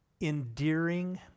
endearing